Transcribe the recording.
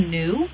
new